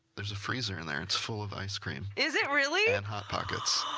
there's a freezer in there. it's full of ice cream. is it really! and hot pockets.